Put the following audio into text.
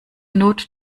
not